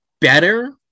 better